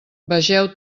vegeu